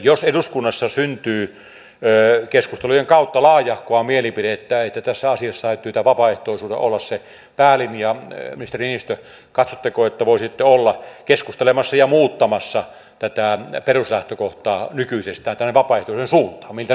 jos eduskunnassa syntyy keskustelujen kautta laajahkoa mielipidettä että tässä asiassa täytyy vapaaehtoisuuden olla se päälinja ministeri niinistö katsotteko että voisitte olla keskustelemassa ja muuttamassa tätä peruslähtökohtaa nykyisestään tänne vapaaehtoisuuden suuntaan miltä nyt vaikuttaa